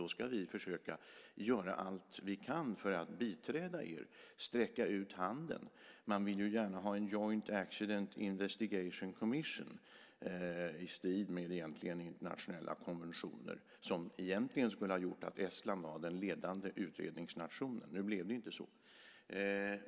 Då ska vi försöka göra allt vi kan för att biträda er och sträcka ut handen. Man vill ju gärna ha en Joint Accident Investigation Commission i strid med internationella konventioner som egentligen skulle ha gjort att Estland var den ledande utredningsnationen. Nu blev det inte så.